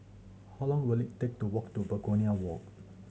how long will it take to walk to Begonia Walk